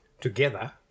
together